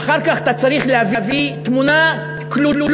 אחר כך אתה צריך להביא תמונת כלולות,